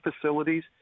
facilities